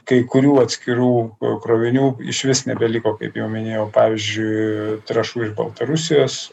kai kurių atskirų krovinių išvis nebeliko kaip jau minėjau pavyzdžiui trąšų iš baltarusijos